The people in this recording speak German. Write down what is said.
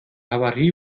havarie